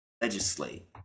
legislate